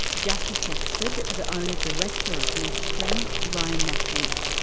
jacki texted the owner-director of meth screen, ryan matthews.